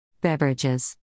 Beverages